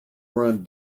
run